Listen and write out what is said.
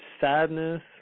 sadness